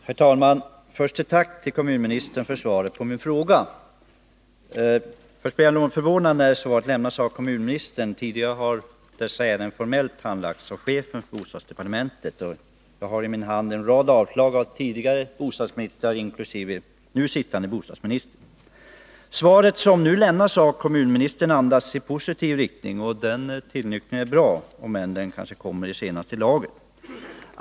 Herr talman! Först ett tack till kommunministern för svaret på min fråga. Jag blev något förvånad över att svar skulle lämnas av kommunministern, eftersom dessa ärenden tidigare formellt har handlagts av chefen för bostadsdepartementet — jag har i min hand en rad avslag av förutvarande bostadsministrar liksom också av den nuvarande bostadsministern. Svaret som nu lämnas av kommunministern är hållet i en positiv anda, och det är bra att det skett en tillnyktring, även om den kanske kommer i senaste laget.